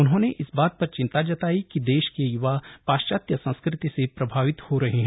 उन्होंने इस बात पर चिंता जताई कि देश के य्वा पाश्चात्य संस्कृति से प्रभावित हो रहे हैं